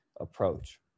approach